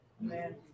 Amen